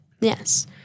Yes